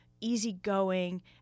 easygoing